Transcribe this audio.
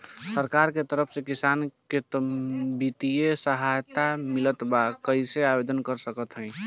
सरकार के तरफ से किसान के बितिय सहायता मिलत बा कइसे आवेदन करे के होई?